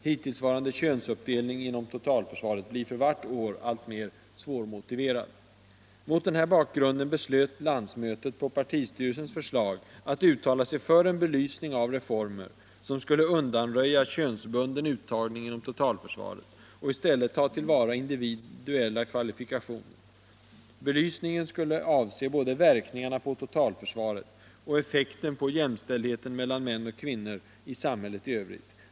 Hittillsvarande könsuppdelning inom totalförsvaret blir för vart år alltmer svårmotiverad.” Mot den här bakgrunden beslöt landsmötet, på partistyrelsens förslag, att uttala sig för en belysning av reformer som skulle undanröja könsbunden uttagning inom totalförsvaret och i stället ta till vara individuella kvalifikationer. Belysningen skulle avse både verkningarna på totalförsvaret och effekten på jämställdheten mellan män och kvinnor i samhället i övrigt.